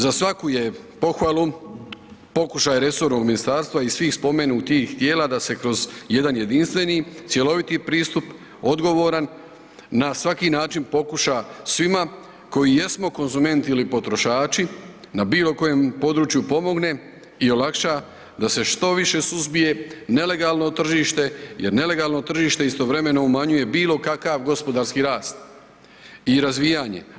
Za svaku je pohvalu pokušaj resornog ministarstva i svih spomenutih tijela da se kroz jedan jedinstveni, cjeloviti pristup, odgovoran na svaki način pokuša svima koji jesmo konzumenti ili potrošači na bilo koje području pomogne i olakša da se što više suzbije nelegalno tržište jer nelegalno tržište istovremeno umanjuje bilo kakav gospodarski rast i razvijanje.